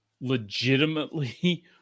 legitimately